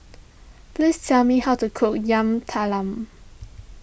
please tell me how to cook Yam Talam